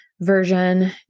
version